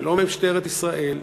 שלא משטרת ישראל,